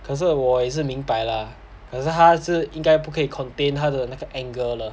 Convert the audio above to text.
可是我也是明白啦可是他是应该不可以 contain 他的那个 anger 了